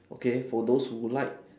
okay for those who like